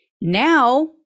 Now